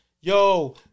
yo